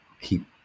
keep